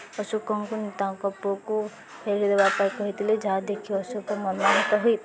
ଅଶୋକଙ୍କୁ ତାଙ୍କ ପୁଅକୁ ଫେରାଇଦେବା ପାଇଁ କହିଥିଲେ ଯାହା ଦେଖି ଅଶୋକ ମର୍ମାହତ ହୋଇ